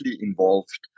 involved